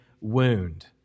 wound